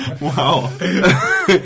Wow